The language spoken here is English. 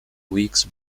weeks